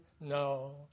No